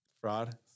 fraud